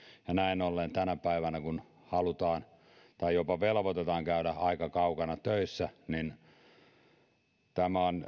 ja näin ollen tänä päivänä kun halutaan tai jopa velvoitetaan käymään aika kaukana töissä tämä on